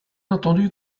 entendu